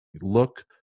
look